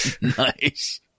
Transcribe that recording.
Nice